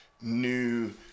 new